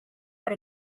but